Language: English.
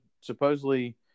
supposedly –